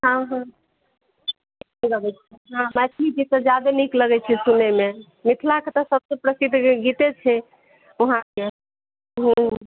मैथिली गीत तऽ जादा नीक लगैत छै सुनैमे मिथिलाके तऽ सभसँ प्रसिद्ध एकर गीते छै ओ अहाँ